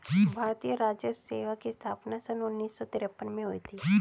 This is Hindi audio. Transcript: भारतीय राजस्व सेवा की स्थापना सन उन्नीस सौ तिरपन में हुई थी